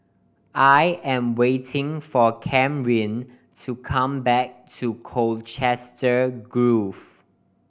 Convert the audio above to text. I am waiting for Camryn to come back to Colchester Grove